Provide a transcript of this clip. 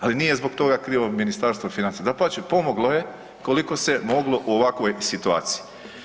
Ali nije zbog toga krivo Ministarstvo financija, dapače, pomoglo je koliko se moglo u ovakvoj situaciji.